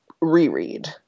reread